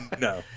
no